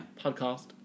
Podcast